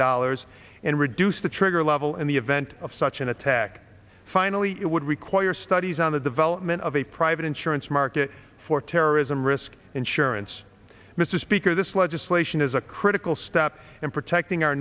dollars and reduce the trigger law well in the event of such an attack finally it would require studies on the development of a private insurance market for terrorism risk insurance mr speaker this legislation is a critical step in protecting our